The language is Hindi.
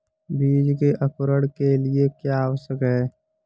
बीज के अंकुरण के लिए क्या आवश्यक है?